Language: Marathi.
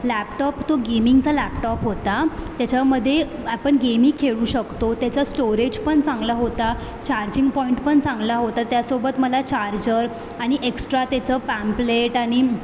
लॅपटॉप तो गेमिंगचा लॅपटॉप होता त्याच्यामध्ये आपण गेमही खेळू शकतो त्याचं स्टोरेज पण चांगला होता चार्जिंग पॉइंट पण चांगला होता त्यासोबत मला चार्जर आणि एक्स्ट्रा त्याचं पॅम्पलेट आणि